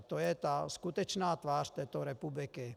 To je ta skutečná tvář této republiky.